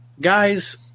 guys